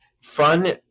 fun